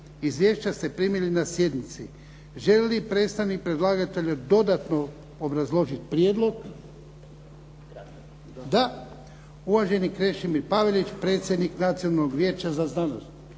Izvješća ste primili na sjednici. Želi li predstavnik predlagatelja dodatno obrazložiti prijedlog? Da. Uvaženi Krešimir Pavelić predsjednik Nacionalnog vijeća za znanost.